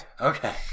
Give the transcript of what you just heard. okay